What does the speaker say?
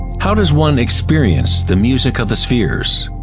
how does one experience the music of the spheres?